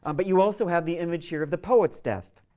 um but you also have the image here of the poet's death.